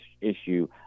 issue